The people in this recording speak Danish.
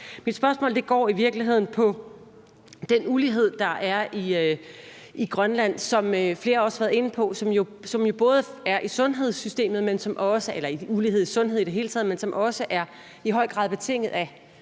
Mit spørgsmål går i virkeligheden på den ulighed, der er i Grønland, som flere også har været inde på, og som jo også er i sundhedssystemet, og som i høj grad er betinget af